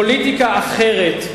ופוליטיקה אחרת,